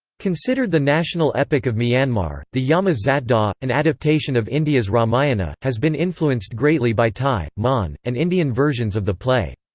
considered the national epic of myanmar, the yama zatdaw, an adaptation of india's ramayana, has been influenced greatly by thai, mon, and indian versions of the play.